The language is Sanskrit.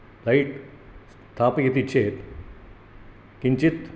लैट् स्थापयति चेत् किञ्चित्